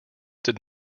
did